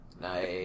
Nice